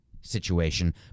situation